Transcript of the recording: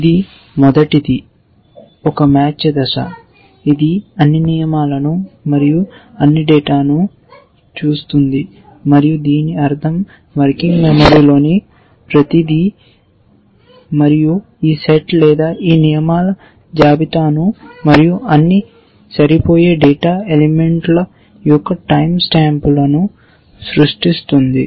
ఇది మొదటిది ఒక మ్యాచ్ దశ ఇది అన్ని నియమాలను మరియు అన్ని డేటాను చూస్తుంది మరియు దీని అర్థం వర్కింగ్ మెమరీలోని ప్రతిదీ మరియు ఈ సెట్ లేదా ఈ నియమాల జాబితాను మరియు అవి సరిపోయే డేటా ఎలిమెంట్ల యొక్క టైమ్ స్టాంపులను సృష్టిస్తుంది